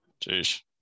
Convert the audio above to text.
Jeez